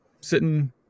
sitting